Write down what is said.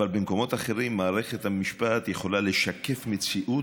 אבל במקומות אחרים מערכת המשפט יכולה לשקף מציאות